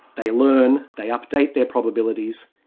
they learn, they update their probabilities,